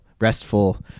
restful